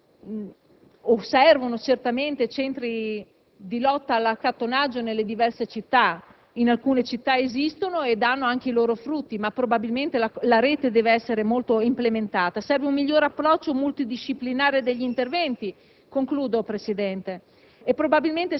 Mancano certamente, o servono certamente, centri di lotta all'accattonaggio nelle diverse città; in alcune città esistono e danno i loro frutti, ma la rete deve essere molto implementata. Serve un miglior approccio multidisciplinare degli interventi